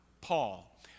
Paul